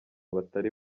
batari